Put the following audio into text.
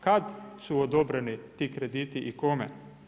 Kad su odobreni ti krediti i kome?